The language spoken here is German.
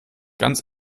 ganz